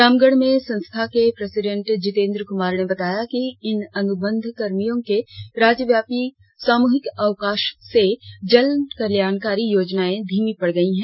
रामगढ़ में संस्था के परेसिडेंट जीतेंदर कुमार ने बताया कि इन अनुबंध कर्मियों के राज्यव्यापी सामूहिक अवकाश से जनकल्याणकारी योजनाए धीमी पड़ गई हैं